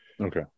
Okay